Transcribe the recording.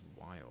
wild